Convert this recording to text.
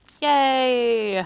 Yay